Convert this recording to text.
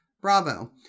Bravo